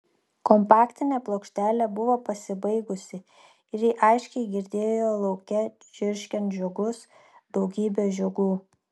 kompaktinė plokštelė buvo pasibaigusi ir ji aiškiai girdėjo lauke čirškiant žiogus daugybę žiogų